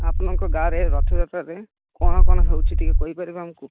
ଆପଣଙ୍କ ଗାଁରେ ରଥଯାତ୍ରାରେ କ'ଣ କ'ଣ ହେଉଛି ଟିକେ କହିପାରିବେ ଆମକୁ